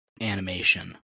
animation